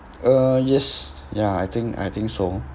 uh yes ya I think I think so